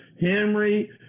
Henry